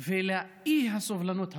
ולאי-סובלנות הפוליטית.